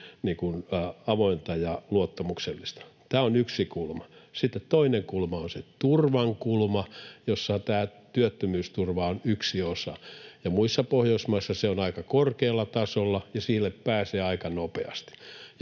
avointa ja luottamuksellista. Tämä on yksi kulma. Sitten toinen kulma on se turvan kulma, jossa tämä työttömyysturva on yksi osa. Muissa Pohjoismaissa se on aika korkealla tasolla ja sille pääsee aika nopeasti.